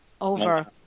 over